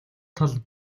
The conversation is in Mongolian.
тал